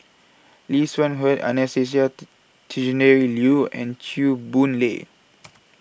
Lee Seng Huat Anastasia Tjendri Liew and Chew Boon Lay